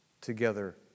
together